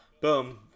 boom